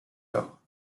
lors